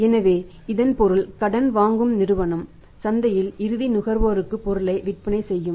எனவே இதன் பொருள் கடன் வாங்கும் நிறுவனம் சந்தையில் இறுதி நுகர்வோருக்கு பொருளை விற்பனை செய்யும்